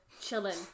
chilling